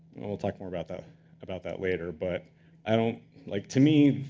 we'll talk more about that about that later, but i don't like to me,